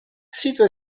sito